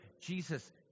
Jesus